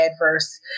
adverse